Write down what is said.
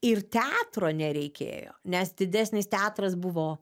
ir teatro nereikėjo nes didesnis teatras buvo